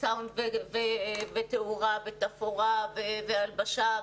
והיו פעילויות מאוד טובות.